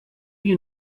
you